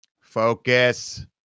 Focus